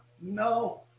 No